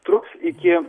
truks iki